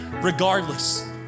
Regardless